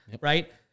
right